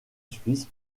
suisse